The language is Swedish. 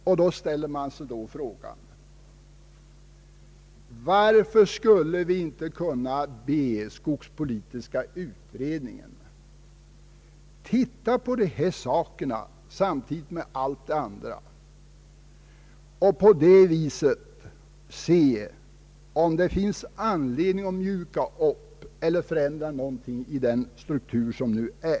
I detta sammanhang kan man ställa frågan: Varför skulle vi inte kunna be skogspolitiska utredningen titta på dessa problem samtidigt med övriga punkter och på det sättet undersöka om det finns anledning att mjuka upp eller förändra någonting i den nuvarande strukturen?